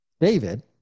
David